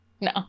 no